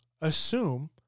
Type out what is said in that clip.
assume